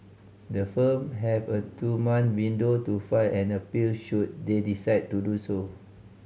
the firm have a two month window to file an appeal should they decide to do so